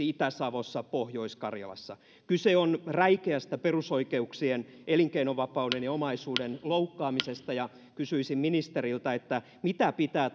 itä savossa pohjois karjalassa kyse on räikeästä perusoikeuksien elinkeinovapauden ja omaisuuden loukkaamisesta kysyisin ministeriltä mitä pitää